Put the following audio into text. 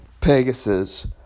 Pegasus